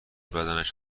بدنش